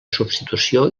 substitució